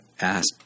ask